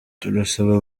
turasaba